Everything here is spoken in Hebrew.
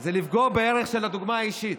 זה לפגוע בערך של הדוגמה האישית.